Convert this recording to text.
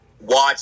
Watch